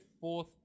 fourth